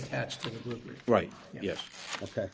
attached right yes ok